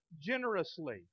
generously